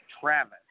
Travis